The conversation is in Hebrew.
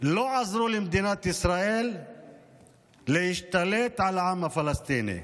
לא עזרו למדינת ישראל להשתלט על העם הפלסטיני.